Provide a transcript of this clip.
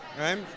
right